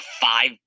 five